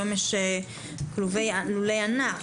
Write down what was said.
היום יש לולי ענק.